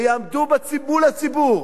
ויעמדו מול הציבור